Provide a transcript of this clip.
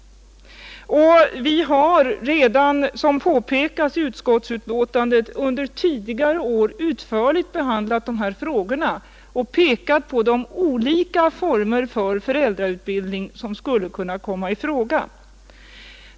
Vi har redan, som det sägs i utskottsbetänkandet, under tidigare år utförligt behandlat de här frågorna och pekat på de olika former för föräldrautbildning som skulle kunna komma i fråga.